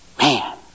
Man